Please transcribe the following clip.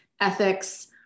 ethics